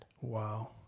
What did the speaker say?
Wow